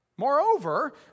Moreover